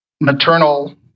maternal